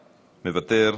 מוותר.